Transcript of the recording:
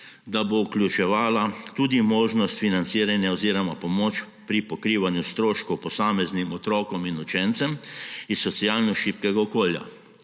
da bo vključevala tudi možnost financiranja oziroma pomoč pri pokrivanju stroškov posameznim otrokom in učencem iz socialno šibkega okolja.